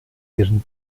ihren